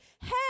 hey